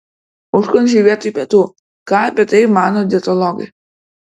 užkandžiai vietoj pietų ką apie tai mano dietologai